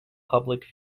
public